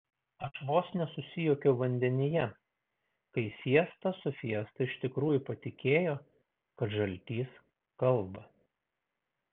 aš vos nesusijuokiau vandenyje kai siesta su fiesta iš tikrųjų patikėjo kad žaltys kalba